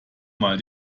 mal